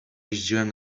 jeździłem